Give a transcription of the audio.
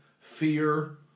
fear